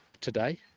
today